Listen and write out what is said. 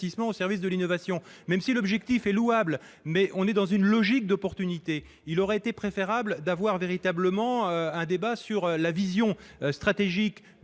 au service de l'innovation. Même si l'objectif est louable, on est dans une logique d'opportunité. Il aurait été préférable de débattre de la vision stratégique